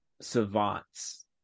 savants